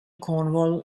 cornwall